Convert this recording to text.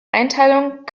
einteilung